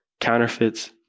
counterfeits